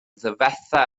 difetha